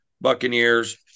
Buccaneers